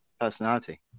personality